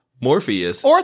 Morpheus